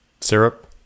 Syrup